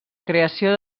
creació